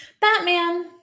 Batman